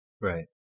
Right